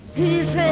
is